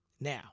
Now